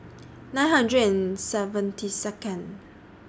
nine hundred and seventy Second